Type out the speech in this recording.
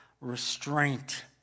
Restraint